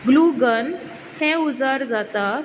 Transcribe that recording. glue gun हें उजार जाता